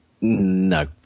No